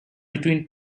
between